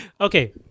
Okay